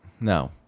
No